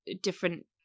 different